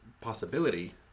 possibility